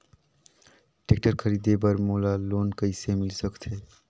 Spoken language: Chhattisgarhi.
टेक्टर खरीदे बर मोला लोन कइसे मिल सकथे?